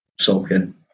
sulking